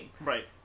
Right